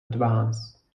advance